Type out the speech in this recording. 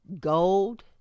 gold